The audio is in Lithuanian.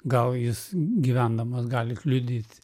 gal jis gyvendamas gali kliudyt